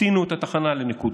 הקטינו את התחנה לנקודה,